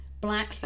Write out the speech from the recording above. black